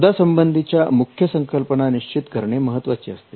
शोधा संबंधीच्या मुख्य संकल्पना निश्चित करणे महत्त्वाचे असते